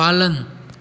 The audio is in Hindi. पालन